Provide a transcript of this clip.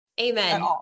amen